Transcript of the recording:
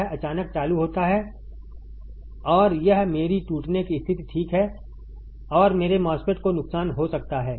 यह अचानक चालू होता है और यह मेरी टूटने की स्थिति ठीक है और मेरे MOSFET को नुकसान हो सकता है